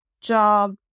job